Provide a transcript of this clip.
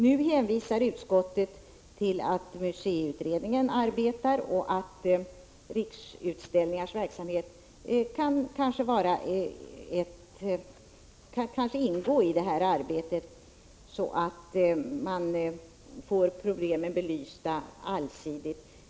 Nu hänvisar utskottet till att museiutredningen arbetar och att Riksutställningars verksamhet kanske kan ingå i detta arbete, så att man får problemen allsidigt belysta.